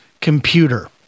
computer